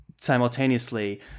simultaneously